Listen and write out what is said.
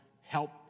help